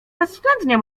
bezwzględnie